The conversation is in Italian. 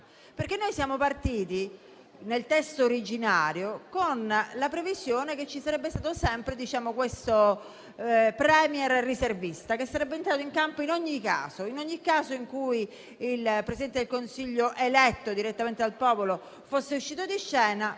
originario siamo partiti infatti con la previsione che ci sarebbe stato sempre un *Premier* riservista, che sarebbe entrato in campo in ogni caso. In ogni caso in cui il Presidente del Consiglio eletto direttamente dal popolo fosse uscito di scena,